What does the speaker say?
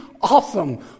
Awesome